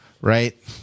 right